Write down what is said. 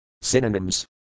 Synonyms